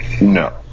No